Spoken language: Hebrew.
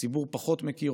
הציבור פחות מכיר,